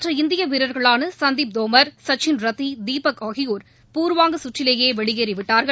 மற்ற இந்திய வீரர்களான சந்தீப் தோமர் சச்சின் ரத்தி தீபக் ஆகியோர் பூர்வாங்க சுற்றிலேயே வெளியேறிவிட்டார்கள்